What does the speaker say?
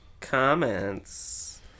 comments